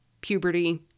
puberty